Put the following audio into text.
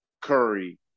Curry